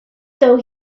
though